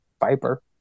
Viper